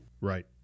Right